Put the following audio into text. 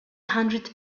hundred